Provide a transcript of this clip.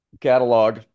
catalog